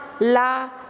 la